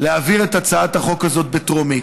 להעביר את הצעת החוק הזאת בטרומית,